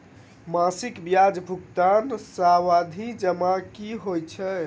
मासिक ब्याज भुगतान सावधि जमा की होइ है?